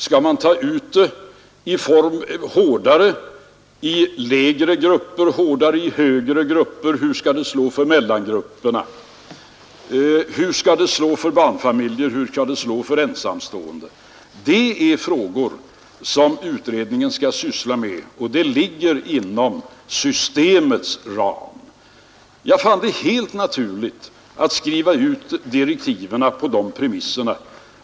Skall man ta ut skatterna hårdare i lägre grupper eller hårdare i högre grupper och hur skall det slå för mellangrupperna? Hur skall det slå för barnfamiljer och ensamstående? Det är frågor som utredningen skall syssla med och de ligger inom systemets ram. Jag fann det helt naturligt att skriva ut direktiven på dessa premisser.